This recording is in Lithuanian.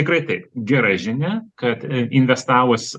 tikrai taip gera žinia kad investavus